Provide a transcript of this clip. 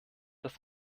das